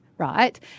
right